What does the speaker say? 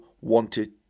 wanted